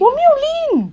我没有 lean